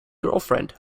girlfriend